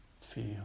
feel